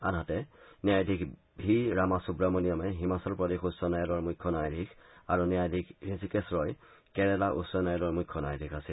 আনহাতে ন্যায়াধীশ ভি ৰামাসুৱামনিয়মে হিমাচল প্ৰদেশ উচ্চ ন্যায়ালয়ৰ মুখ্য ন্যায়াধীশৰ আৰু ন্যায়াধীশ হৃষিকেশ ৰয় কেৰালা উচ্চ ন্যায়ালয়ৰ মুখ্য ন্যায়াধীশ আছিল